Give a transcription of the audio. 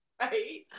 right